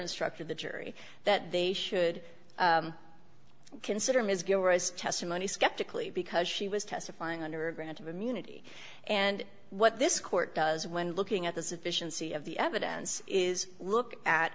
instructed the jury that they should consider ms go as testimony skeptically because she was testifying under a grant of immunity and what this court does when looking at the sufficiency of the evidence is look at